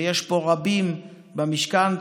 ויש פה רבים במשכן.